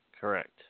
Correct